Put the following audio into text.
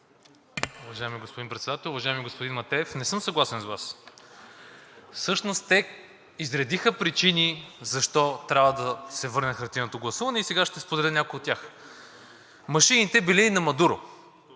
Машините били на Мадуро.